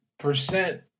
percent